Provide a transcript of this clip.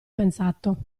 pensato